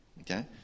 Okay